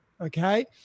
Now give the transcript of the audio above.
okay